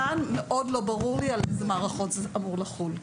כאן מאוד לא ברור לי על איזה מערכות זה אמור לחול.